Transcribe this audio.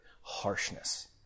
harshness